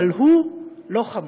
אבל הוא לא חמוץ.